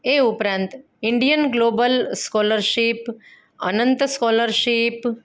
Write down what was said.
એ ઉપરાંત Indian global scholarship Anant scholarship